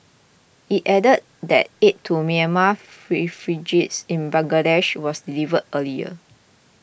it added that aid to Myanmar in Bangladesh was delivered earlier